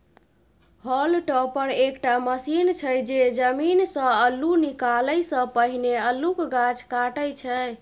hall topper एकटा machine छै जे जमीनसँ अल्लु निकालै सँ पहिने अल्लुक गाछ काटय छै